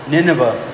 Nineveh